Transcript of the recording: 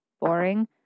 Boring